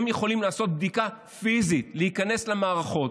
הם יכולים לעשות בדיקה פיזית, להיכנס למערכות.